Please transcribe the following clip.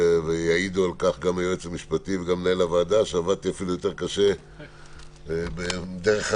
יעידו היועץ המשפטי ומנהל הוועדה שעבדתי אפילו יותר קשה דרך הזום,